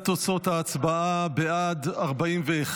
להלן תוצאות ההצבעה: בעד, 41,